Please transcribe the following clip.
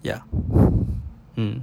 ya